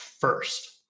first